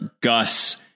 Gus